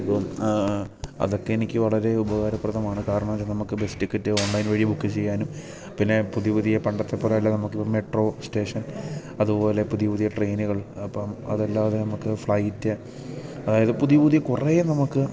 അപ്പം അതൊക്കെ എനിക്ക് വളരെ ഉപകാരപ്രദമാണ് കാരണം എന്നു വെച്ചാൽ നമുക്ക് ബസ്സ് ടിക്കറ്റ് ഓൺലൈൻ വഴി ബുക്ക് ചെയ്യാനും പിന്നെ പുതിയ പുതിയ പണ്ടത്തെപ്പോലെയല്ല നമക്കിപ്പോൾ മെട്രോ സ്റ്റേഷൻ അതുപോലെ പുതിയ പുതിയ ട്രെയിനുകൾ അപ്പം അതല്ലാതെ നമുക്ക് ഫ്ലൈറ്റ് അതായത് പുതിയ പുതിയ കുറേ നമുക്ക്